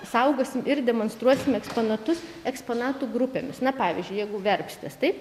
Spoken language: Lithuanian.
saugosim ir demonstruosim eksponatus eksponatų grupėmis na pavyzdžiui jeigu verpstės taip